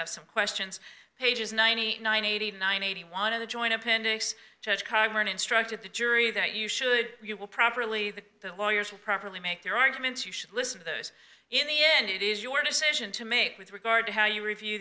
have some questions pages ninety nine eighty nine eighty one of the joint appendix instructed the jury that you should you will properly the lawyers will properly make their arguments you should listen to those in the end it is your decision to make with regard to how you review